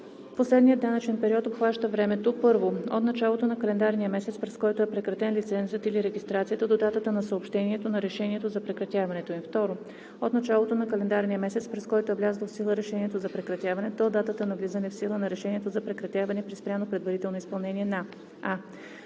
Последният данъчен период обхваща времето: 1. от началото на календарния месец, през който е прекратен лицензът или регистрацията, до датата на съобщаването на решението за прекратяването им; 2. от началото на календарния месец, през който е влязло в сила решението за прекратяване, до датата на влизане в сила на решението за прекратяване, при спряно предварително изпълнение на: